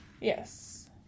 Yes